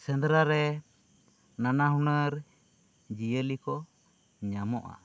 ᱥᱮᱸᱫᱽᱨᱟ ᱨᱮ ᱱᱟᱱᱟ ᱦᱩᱱᱟᱹᱨ ᱡᱤᱭᱟᱹᱞᱤ ᱠᱚ ᱧᱟᱢᱚᱜᱼᱟ